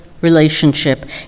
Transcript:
relationship